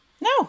No